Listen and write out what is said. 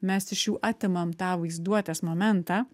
mes iš jų atimam tą vaizduotės momentą